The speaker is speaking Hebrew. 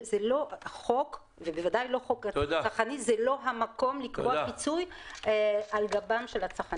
חוק צרכני הוא לא המקום לקבוע פיצוי על גבם של הצרכנים.